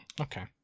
okay